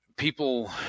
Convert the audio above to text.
People